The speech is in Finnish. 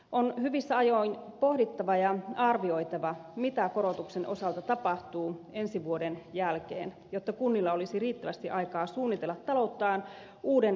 on hyvissä ajoin pohdittava ja arvioitava mitä korotuksen osalta tapahtuu ensi vuoden jälkeen jotta kunnilla olisi riittävästi aikaa suunnitella talouttaan uuden päätöksen pohjalta